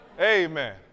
amen